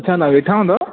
अच्छा तव्हां वेठा हूंदव